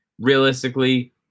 Realistically